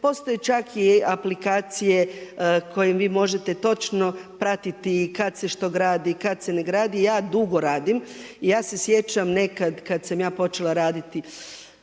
Postoji čak i aplikacije kojim vi možete točno pratiti kad se što gradi, kad se ne gradi. Ja dugo radim. Ja se sjećam nekad kad sam ja počela raditi